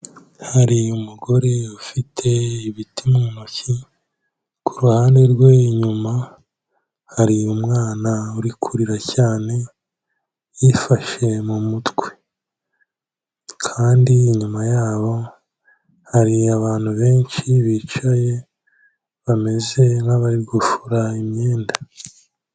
Hari umugore ufite ibiti mu ntoki, ku ruhande rwe inyuma, hari umwana uri kurira cyane, yifashe mu mutwe kandi inyuma yabo, hari abantu benshi bicaye, bameze nk'abari gufura imyenda.